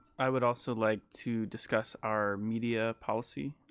i would also like to discuss our media policy.